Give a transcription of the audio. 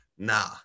Nah